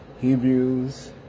Hebrews